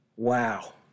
wow